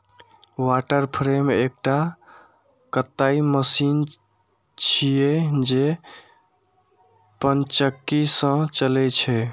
water frame एकटा कताइ machine छियै, जे पनचक्की सं चलै छै